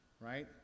right